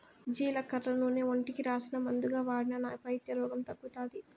జీలకర్ర నూనె ఒంటికి రాసినా, మందుగా వాడినా నా పైత్య రోగం తగ్గుతాది